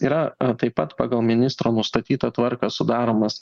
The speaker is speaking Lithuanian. yra taip pat pagal ministro nustatytą tvarką sudaromas